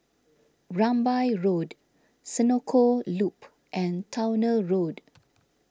Rambai Road Senoko Loop and Towner Road